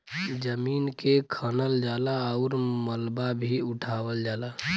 जमीन के खनल जाला आउर मलबा भी उठावल जाला